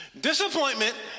Disappointment